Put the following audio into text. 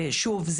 שוב,